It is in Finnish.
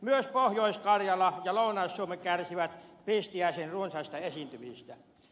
myös pohjois karjala ja lounais suomi kärsivät pistiäisen runsaista esiintymisistä